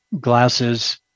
glasses